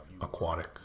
aquatic